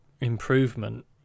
improvement